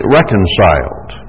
reconciled